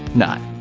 not.